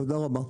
תודה רבה.